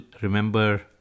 remember